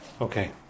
Okay